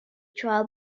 tra